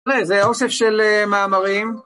זה אוסף של מאמרים